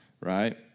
right